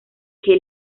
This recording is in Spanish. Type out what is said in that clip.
que